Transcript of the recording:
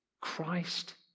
Christ